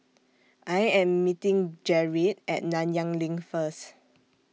I Am meeting Gerrit At Nanyang LINK First